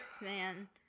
man